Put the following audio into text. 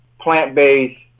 plant-based